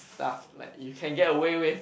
stuff like you can get away with